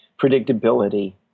predictability